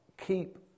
keep